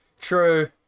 True